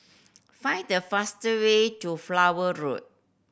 find the faster way to Flower Road